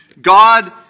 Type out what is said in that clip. God